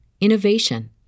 innovation